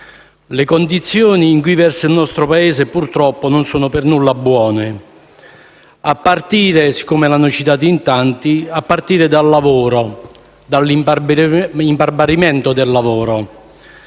Le condizioni in cui versa il nostro Paese, purtroppo, non sono per nulla buone, a partire - siccome l'hanno citato in tanti - dall'imbarbarimento del lavoro.